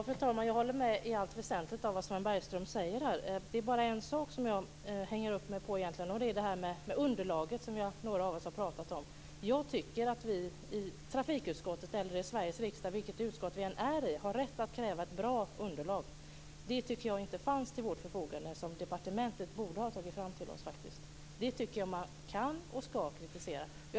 Fru talman! Jag håller i allt väsentligt med om vad Sven Bergström säger här. Det är egentligen bara en sak som jag hänger upp mig på, och det är underlaget, som några av oss har pratat om. Jag tycker att vi i trafikutskottet, eller vilket utskott i Sveriges riksdag vi än är i, har rätt att kräva ett bra underlag. Jag tycker inte att det fanns ett sådant underlag till vårt förfogande som departementet borde ha tagit fram till oss. Jag tycker att man kan och ska kritisera det.